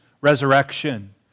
resurrection